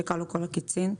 כשכלו כל הקיצים.